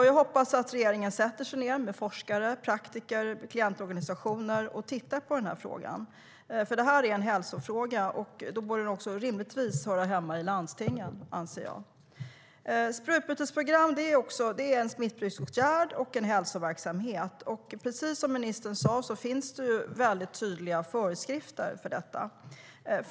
Jag hoppas att regeringen sätter sig ned med forskare, praktiker och klientorganisationer och tittar på den här frågan. Det här är en hälsofråga och bör därför rimligtvis höra hemma i landstingen, anser jag. Sprututbytesprogram är en smittskyddsåtgärd och en hälsoverksamhet. Som ministern sade finns det tydliga föreskrifter för detta.